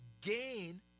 Gain